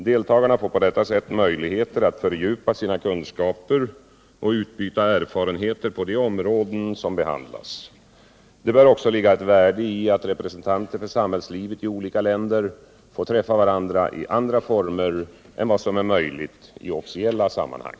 Deltagarna får på detta sätt möjligheter att fördjupa sina kunskaper och utbyta erfarenheter på de områden som behandlas. Det bör också ligga ett värde i att representanter för samhällslivet i olika länder får träffa varandra i andra former än vad som är möjligt i officiella sammanhang.